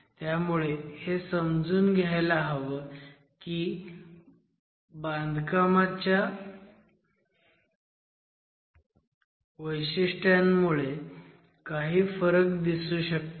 त्यामुळे हे समजून घ्यायला हवं की बांधकामाच्या वैशिष्ट्यांमुळे काही फरक दिसू शकतात